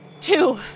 two